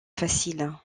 facile